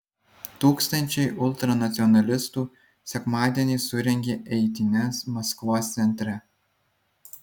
tūkstančiai ultranacionalistų sekmadienį surengė eitynes maskvos centre